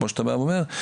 כמו שאתה בא ואומר,